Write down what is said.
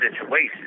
situation